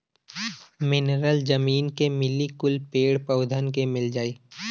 mineral जमीन के मिली कुल पेड़ पउधन के मिल जाई